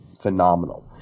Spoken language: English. phenomenal